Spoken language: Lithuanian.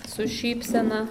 su šypsena